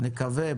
נקווה,